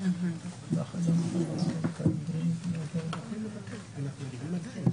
קחו את זה בחשבון לגבי עניין